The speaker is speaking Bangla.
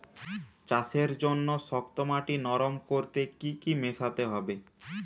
চাষের জন্য শক্ত মাটি নরম করতে কি কি মেশাতে হবে?